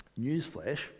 Newsflash